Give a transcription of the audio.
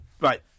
Right